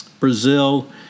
Brazil